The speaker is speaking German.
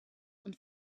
und